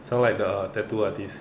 sound like the tattoo artist